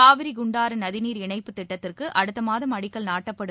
காவிரி குண்டாறுநதிநீர் இணைப்பு திட்டத்திற்குஅடுத்தமாதம் அடிக்கல் நாட்டப்படும்